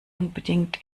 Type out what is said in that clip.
unbedingt